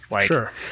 Sure